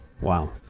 Wow